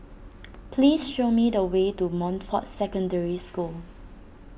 please show me the way to Montfort Secondary School